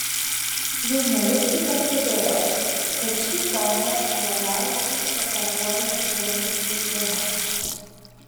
žurnalistai pastebėjo kad šį fondą uoliausiai propaguoja dienraštis diena